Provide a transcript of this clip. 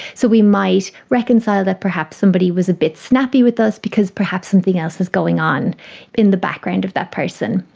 so we might reconcile that perhaps somebody was a bit snappy with us because perhaps something else was going on in the background of that person.